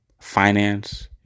finance